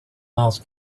miles